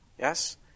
Yes